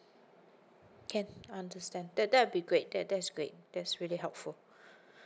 can I understand that that will be great that that's great that's really helpful